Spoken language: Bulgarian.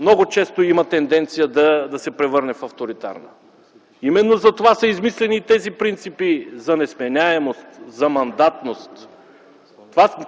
много често има тенденция да се превърне в авторитарна. Именно затова са измислени тези принципи за несменяемост, за мандатност.